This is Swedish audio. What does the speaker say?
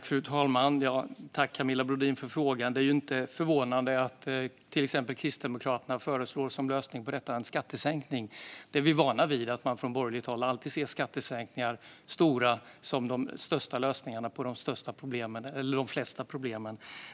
Fru talman! Jag tackar Camilla Brodin för frågan. Det är inte förvånande att till exempel Kristdemokraterna föreslår en skattesänkning som lösning på detta. Vi är vana vid att man från borgerligt håll alltid ser stora skattesänkningar som de bästa lösningarna på de flesta problem.